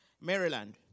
Maryland